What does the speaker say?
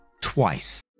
Twice